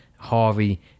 Harvey